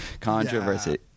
controversy